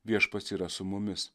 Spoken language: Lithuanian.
viešpats yra su mumis